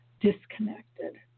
disconnected